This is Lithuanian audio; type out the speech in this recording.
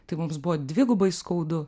tai mums buvo dvigubai skaudu